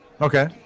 Okay